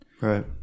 Right